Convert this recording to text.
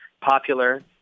popular